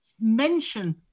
mention